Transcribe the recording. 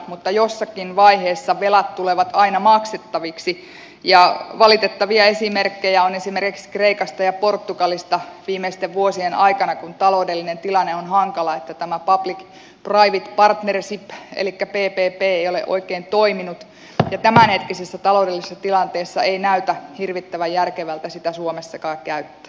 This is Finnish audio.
mutta jossakin vaiheessa velat tulevat aina maksettaviksi ja valitettavia esimerkkejä on esimerkiksi kreikasta ja portugalista viimeisten vuosien aikana kun taloudellinen tilanne on hankala että tämä public private partnership elikkä ppp ei ole oikein toiminut ja tämänhetkisessä taloudellisessa tilanteessa ei näytä hirvittävän järkevältä sitä suomessakaan käyttää